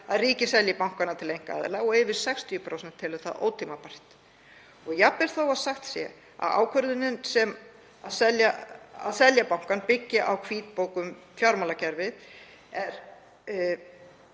að ríkið selji bankana til einkaaðila og yfir 60% telja það ótímabært. Jafnvel þó að sagt sé að ákvörðunin um að selja bankann byggist á hvítbók um fjármálakerfið er